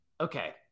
Okay